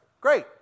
Great